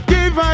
Give